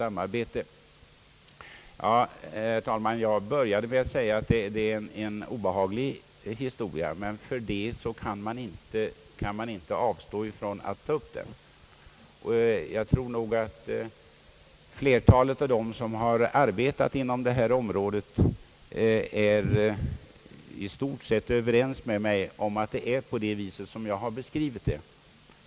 Ja, herr talman, jag började med att säga att detta är en obehaglig historia, men för det kan man inte avstå från att ta upp den. Jag tror att flertalet av dem som arbetat på detta område är i stort sett överens med mig om att min beskrivning är riktig.